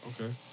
Okay